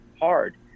hard